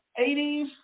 80s